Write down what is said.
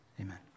Amen